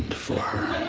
for.